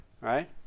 right